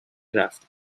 رفتند